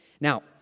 Now